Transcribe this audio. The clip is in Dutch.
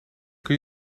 kun